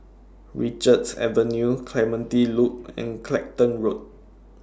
Richards Avenue Clementi Loop and Clacton Road